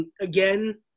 again